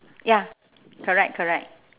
ya correct correct